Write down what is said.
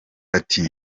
ati